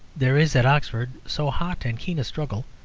there is at oxford so hot and keen a struggle,